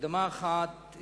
הקדמה אחת,